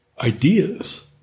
ideas